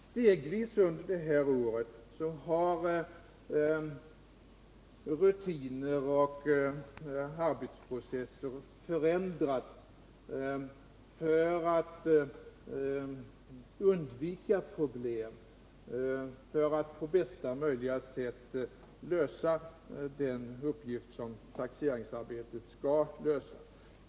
Stegvis under det här året har rutiner och arbetsprocesser förändrats för att man skall kunna undvika problem, för att man på bästa möjliga sätt skall kunna lösa den uppgift som taxeringsarbetet skall lösa.